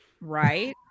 right